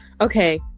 Okay